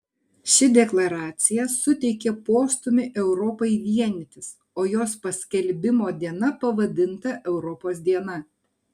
ši deklaracija suteikė postūmį europai vienytis o jos paskelbimo diena pavadinta europos diena